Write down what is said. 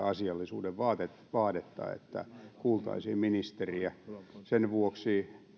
asiallisuuden vaadetta että kuultaisiin ministeriä sen vuoksi